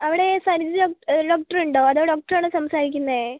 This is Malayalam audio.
അവിടെ സനിത ഡോക്ടർ ഉണ്ടോ അതോ ഡോക്ടർ ആണോ സംസാരിക്കുന്നേ